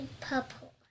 Purple